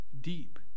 deep